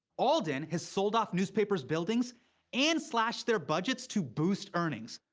alden has sold off newspapers' buildings and slashed their budgets to boost earnings.